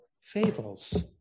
fables